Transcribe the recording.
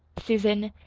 susan.